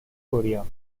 korea